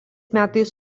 metais